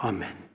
Amen